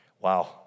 Wow